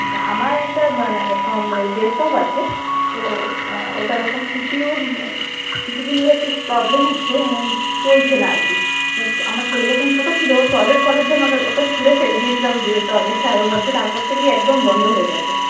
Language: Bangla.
আচ্ছা আমার একটা মানে মানে ডেস্কটপ আছে তো ওটার একটা সিপিউর কিছু দিন ধরে একটু প্রবলেম হচ্ছে মানে চলছে না আর কি মানে আমার ছেলে যখন ছোটো ছিলো টয়লেট করোর জন্য ওটা ওটা ছুুরে ফছেলে দিয়েছিলাম যে টয়লেটার মধ্যে তারপর থেকেই একদম বন্ধ হয়ে গেছে